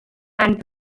and